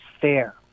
fair